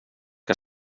que